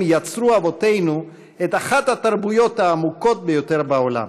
יצרו אבותינו את אחת התרבויות העמוקות ביותר בעולם.